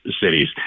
cities